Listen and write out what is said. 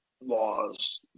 laws